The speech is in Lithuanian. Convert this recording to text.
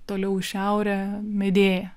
toliau į šiaurę medėja